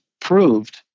proved